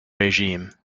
regime